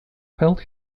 felt